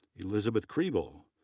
elizabeth kribel,